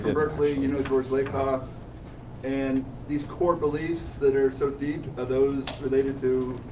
berkeley you know george lakoff and these core beliefs that are so deep, are those related to